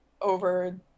over